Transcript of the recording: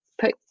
put